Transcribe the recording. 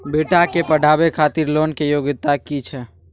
बेटा के पढाबै खातिर लोन के योग्यता कि छै